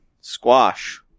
squash